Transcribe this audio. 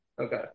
Okay